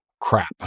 crap